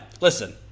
listen